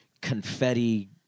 confetti